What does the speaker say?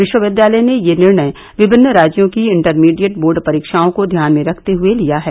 विश्वविद्यालय ने यह निर्णय विभिन्न राज्यों की इंटरमीडिएट बोर्ड परीक्षाओं को ध्यान में रखते हुए लिया है